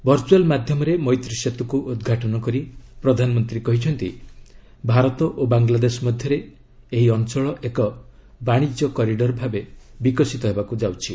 virtual ମାଧ୍ୟମରେ ମୈତ୍ରୀ ସେତୁକୁ ଉଦ୍ଘାଟନ କରି ପ୍ରଧାନମନ୍ତ୍ରୀ କହିଛନ୍ତି ଭାରତ ଓ ବାଙ୍ଗଲାଦେଶ ମଧ୍ୟରେ ଏହି ଅଞ୍ଚଳ ଏକ ବାଣିଜ୍ୟ କରିଡ଼ର ଭାବେ ବିକଶିତ ହେବାକୁ ଯାଉଛି